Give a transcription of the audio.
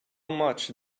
much